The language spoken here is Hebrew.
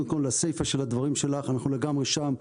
קודם כלן, הסיפה של הדברים שלך, אנחנו לגמרי שם.